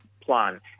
plan